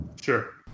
Sure